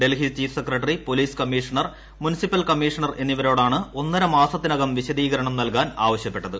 Delhi chief secretary police commissioner municipal commissioner എന്നിവരോടാണ് ഒന്നര മാസത്തിനകം വിശദീകരണം നൽകാൻ ആവശ്യപ്പെട്ടത്